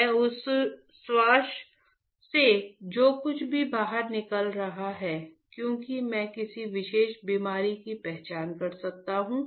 मैं उस श्वास से जो कुछ भी बाहर निकाल रहा हूं क्या मैं किसी विशेष बीमारी की पहचान कर सकता हूं